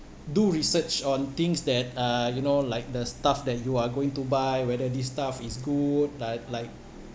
do research on things that uh you know like the stuff that you are going to buy whether this stuff is good like like